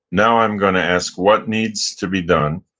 now i'm going to ask what needs to be done,